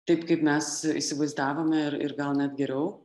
taip kaip mes įsivaizdavome ir ir gal net geriau